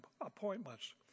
appointments